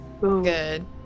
good